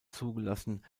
zugelassen